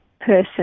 person